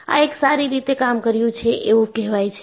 આ એક સારી રીતે કામ કર્યું છે એવું કેહવાય છે